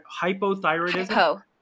hypothyroidism